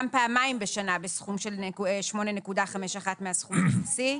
פעמיים בשנה בסכום של 8.51 מהסכום הבסיסי.